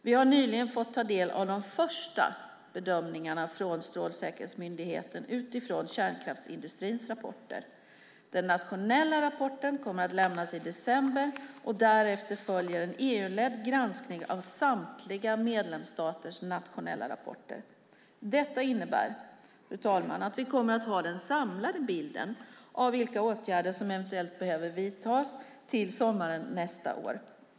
Vi har nyligen fått ta del av de första bedömningarna från Strålsäkerhetsmyndigheten utifrån kärnkraftsindustrins rapporter. Den nationella rapporten kommer att lämnas i december, och därefter följer en EU-ledd granskning av samtliga medlemsstaters nationella rapporter. Detta innebär, fru talman, att vi kommer att ha den samlade bilden av vilka åtgärder som eventuellt behöver vidtas till sommaren nästa år.